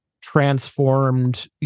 transformed